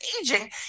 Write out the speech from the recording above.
aging